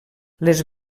les